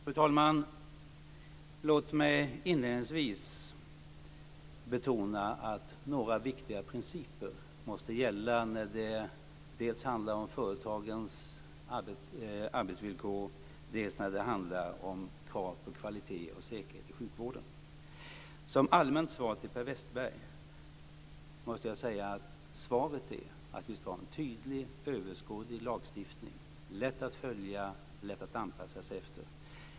Fru talman! Låt mig inledningsvis betona att några viktiga principer måste gälla när det dels handlar om företagens arbetsvillkor, dels om krav på kvalitet och säkerhet i sjukvården. Till Per Westerberg måste jag säga att svaret är att vi ska ha en tydlig överskådlig lagstiftning som är lätt att följa och lätt att anpassa sig efter.